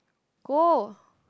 go